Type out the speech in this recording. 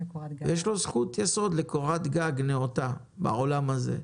יש לו זכות-יסוד לקורת גג נאותה בעולם הזה.